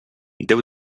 déu